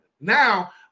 Now